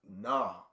nah